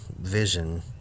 vision